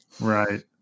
right